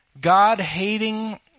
God-hating